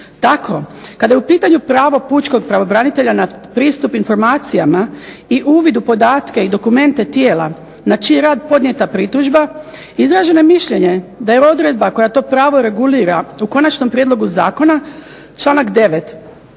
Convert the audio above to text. Tako kada je u pitanju pravo pučkog pravobranitelja na pristup informacijama i uvid u podatke i dokumente tijela na čiji je rad podnijeta pritužba izraženo je mišljenje da je odredba koja to pravo regulira u konačnom prijedlogu zakona članak 9.